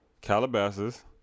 Calabasas